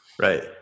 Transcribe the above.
Right